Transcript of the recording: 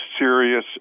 serious